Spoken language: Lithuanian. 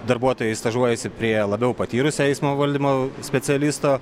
darbuotojai stažuojasi prie labiau patyrusio eismo valdymo specialisto